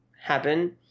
happen